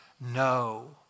no